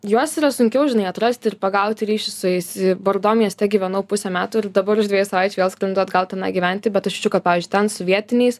juos yra sunkiau žinai atrasti ir pagauti ryšį su jais bordo mieste gyvenau pusę metų ir dabar už dviejų savaičių vėl skrendu atgal tenai gyventi bet aš jaučiu kad pavyzdžiui ten su vietiniais